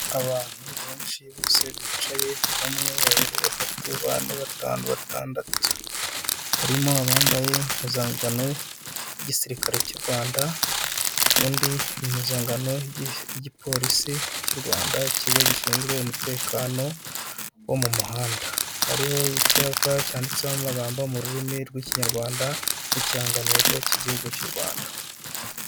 Abantu benshi bose bicaye; umwe, babiri, batatu, bane, batanu, batandatu. Harimo abambaye impuzangano y'igisirikare cy'u Rwanda, undi impuzangano y'igiporisi cy'u Rwanda ikigo gishinzwe umutekano wo mu muhanda, hariho icyapa cyanditseho amagambo mu rurimi rw'ikinyarwanda nk'ikirangantego cy'igihugu cy'u Rwanda.